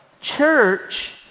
Church